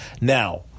now